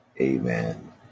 Amen